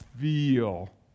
feel